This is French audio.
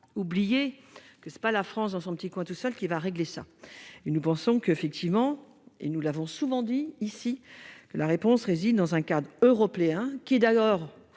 oublier que c'est pas la France, dans son petit coin tout seul qui va régler ça et nous pensons qu'effectivement, et nous l'avons souvent dit ici la réponse réside dans un cadre européen, qui est d'accord